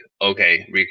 Okay